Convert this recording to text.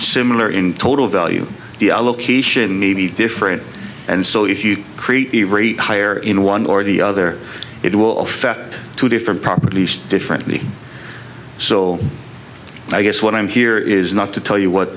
similar in total value the location need different and so if you create the rate higher in one or the other it will affect two different properties different me so i guess what i'm here is not to tell you what